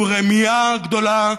שהוא רמייה גדולה,